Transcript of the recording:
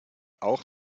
auch